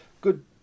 good